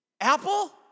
Apple